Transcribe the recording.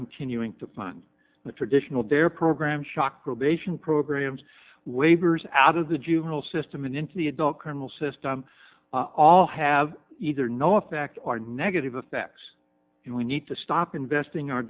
continuing to fund the traditional dare program shock probation programs waivers out of the juvenile system and into the adult criminal system all have either no effect or negative effects and we need to stop investing our